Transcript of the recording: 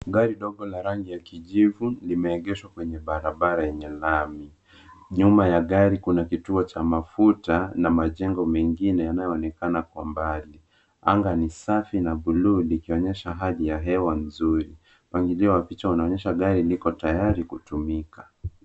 Gari ndogo la rangi ya kijivu limeegeshwa kwenye barabara yenye lami. Nyuma ya gari, kuna kituo cha mafuta na majengo mengine yanayoonekana kwa mbali. Anga ni safi na bluu, likionyesha hali ya hewa nzuri mpangilio wa picha unaonyesha gari liko tayari kutumika.